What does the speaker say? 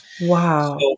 Wow